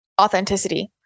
authenticity